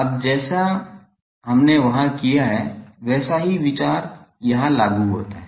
अब जैसा हमने वहां किया है वैसा ही विचार यहां लागू होता है